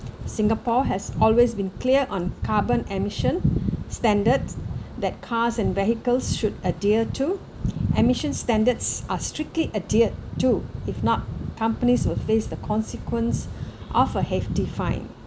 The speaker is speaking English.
singapore has always been clear on carbon emission standards that cars and vehicles should adhere to admission standards are strictly adhered to if not companies will face the consequence of a hefty fine